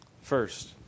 First